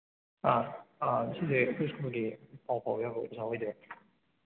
ꯑꯥ ꯑꯥ ꯁꯤꯁꯦ ꯑꯩꯈꯣꯏ ꯁ꯭ꯀꯨꯜꯒꯤ ꯄꯥꯎ ꯐꯥꯎꯕ ꯌꯥꯕ ꯑꯣꯖꯥ ꯑꯣꯏꯗꯣꯏꯔꯥ